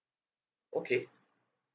okay